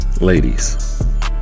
ladies